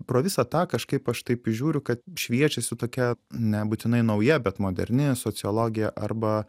pro visą tą kažkaip aš taip įžiūriu kad šviečiasi tokia nebūtinai nauja bet moderni sociologija arba